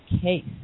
case